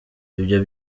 ibyo